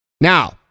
Now